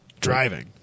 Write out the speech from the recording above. driving